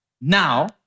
Now